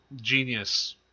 genius